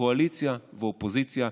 קואליציה ואופוזיציה,